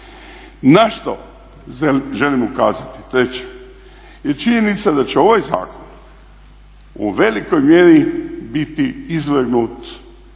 Na što želim ukazati, treće je činjenica da će ovaj zakon u velikoj mjeri biti izvrgnut